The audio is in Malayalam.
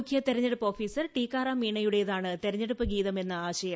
മുഖ്യതിരഞ്ഞടുപ്പ് ഓഫീസർ ടിക്കാറാം മീണ്യുടേതാണ് തെരഞ്ഞെടുപ്പ് ഗീതം എന്ന ആശയം